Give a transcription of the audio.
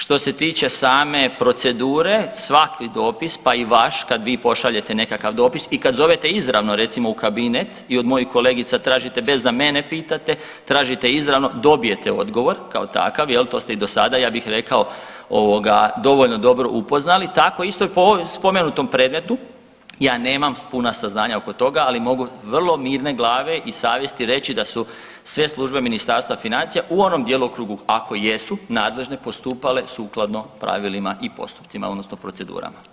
Što se tiče same procedure, svaki dopis, pa i vaš kad vi pošaljete nekakav dopis i kad zovete izravno recimo u kabinet i od mojih kolegica tražite bez da mene pitate, tražite izravno, dobijete odgovor kao takav, jel to ste i do sada ja bih rekao ovoga dovoljno dobro upoznali, tako isto i po ovom spomenutom predmetu ja nemam puna saznanja oko toga, ali mogu vrlo mirne glave i savjesti reći da su sve službe Ministarstva financija u onom djelokrugu nadležne postupale sukladno pravilima i postupcima odnosno procedurama.